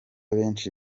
benshi